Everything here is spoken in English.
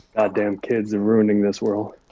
damn kids are ruining this world.